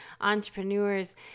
entrepreneurs